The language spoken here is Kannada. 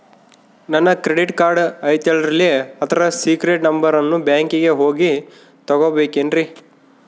ನನ್ನ ಕ್ರೆಡಿಟ್ ಕಾರ್ಡ್ ಐತಲ್ರೇ ಅದರ ಸೇಕ್ರೇಟ್ ನಂಬರನ್ನು ಬ್ಯಾಂಕಿಗೆ ಹೋಗಿ ತಗೋಬೇಕಿನ್ರಿ?